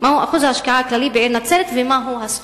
ומהו הסכום?